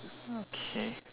okay